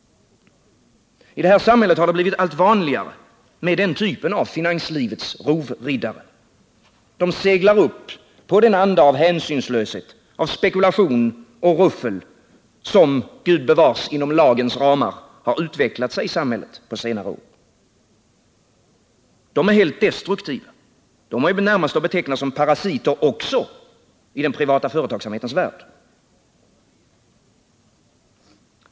I det här samhället har det blivit allt vanligare med den typen av finanslivets rovriddare. De seglar upp på den anda av hänsynslöshet, av spekulation och ruffel som gubevars inom lagens ramar utvecklat sig i samhället på senare år. De är helt destruktiva, de är närmast att beteckna som parasiter också i den privata företagsamhetens värld.